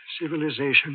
civilization